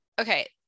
okay